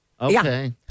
Okay